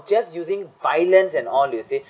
just using violence and all you see